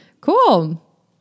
Cool